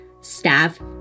staff